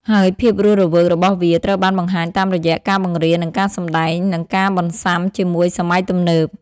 ហើយភាពរស់រវើករបស់វាត្រូវបានបង្ហាញតាមរយៈ ការបង្រៀននិងការសម្តែង និងការបន្ស៊ាំជាមួយសម័យទំនើប។